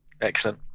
Excellent